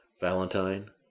valentine